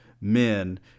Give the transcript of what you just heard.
men